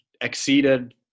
exceeded